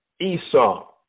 Esau